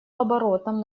оборотом